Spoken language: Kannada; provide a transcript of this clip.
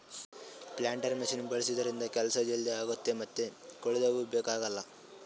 ಪ್ಲಾಂಟರ್ ಮಷಿನ್ ಬಳಸಿದ್ರಿಂದ ಕೆಲ್ಸ ಜಲ್ದಿ ಆಗ್ತದ ಮತ್ತ್ ಕೂಲಿದವ್ರು ಬೇಕಾಗಲ್